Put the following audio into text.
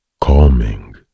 calming